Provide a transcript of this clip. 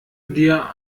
dir